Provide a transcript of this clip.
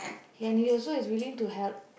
and he also is willing to help